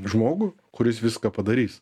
žmogų kuris viską padarys